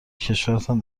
وکشورتان